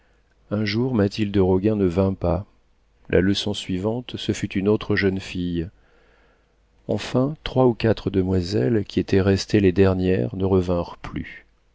un jour mathilde roguin ne vint pas la leçon suivante ce fut une autre jeune fille enfin trois ou quatre demoiselles qui étaient restées les dernières ne revinrent plus